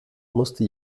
musste